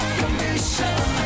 commission